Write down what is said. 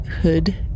hood